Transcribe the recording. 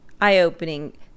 eye-opening